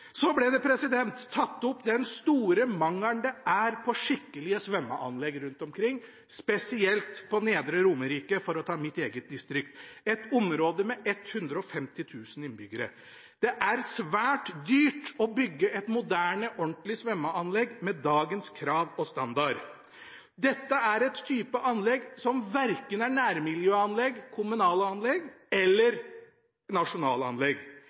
Så tok man opp den store mangelen på skikkelige svømmeanlegg rundt omkring, spesielt på Nedre Romerike, for å ta mitt eget distrikt – et område med 150 000 innbyggere. Det er svært dyrt å bygge et moderne, ordentlig svømmeanlegg med dagens krav og standard. Dette er en type anlegg som verken er nærmiljøanlegg, kommunalanlegg eller